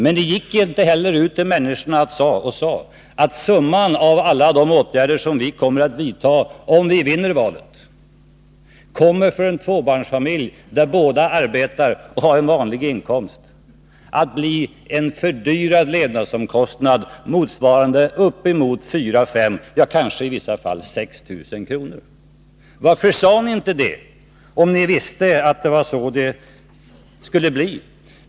Men ni gick inte heller ut till människorna och sade att summan av alla de åtgärder som ni skulle komma att vidta om ni vann valet kommer för en tvåbarnsfamilj, där båda makarna arbetar och har vanlig inkomst, att bli en fördyring av levnadsomkostnaderna motsvarande uppemot 4 000, 5 000, kanske i vissa fall 6 000 kr. Varför sade ni inte det, om ni visste att det var så det skulle bli?